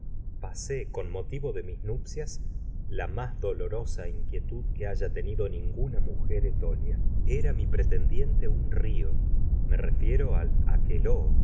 pasé motivo de mis cias la más dolorosa inquietud na haya tenido ningu un mujer etoliá era mi pretendiente rio me me refiero solici al aqueloo